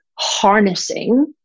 harnessing